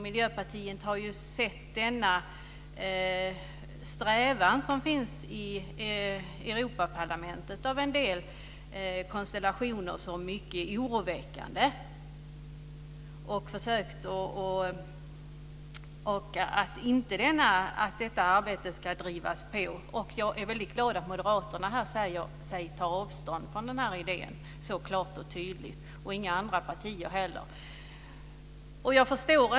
Miljöpartiet har sett denna strävan, som finns hos en del konstellationer i Europaparlamentet, som mycket oroväckande och försökt verka för att detta arbete inte ska drivas vidare. Jag är väldigt glad att moderaterna här klart och tydligt säger sig ta avstånd från den här idén. Inga andra partier stöder den heller.